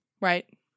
Right